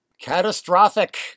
catastrophic